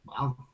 Wow